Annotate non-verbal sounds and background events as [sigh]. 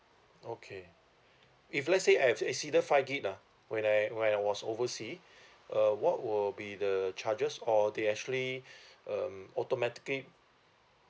okay [breath] if let's say I've exceeded five gb ah when I when I was oversea [breath] uh what will be the charges or they actually [breath] um automatically